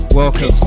welcome